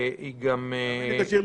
תיקנו את